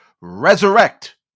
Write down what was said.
resurrect